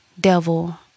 devil